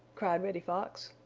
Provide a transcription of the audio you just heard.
cried reddy fox.